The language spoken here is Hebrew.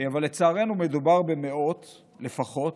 אבל לצערנו מדובר במאות לפחות,